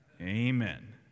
Amen